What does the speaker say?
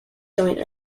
joint